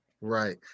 Right